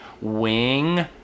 wing